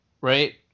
right